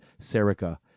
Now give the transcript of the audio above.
Serica